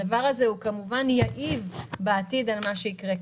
הדבר הזה כמובן יעיב בעתיד על מה שיקרה.